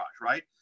right